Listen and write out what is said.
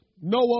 Noah